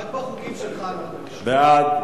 בעד,